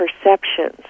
perceptions